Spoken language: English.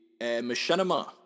machinima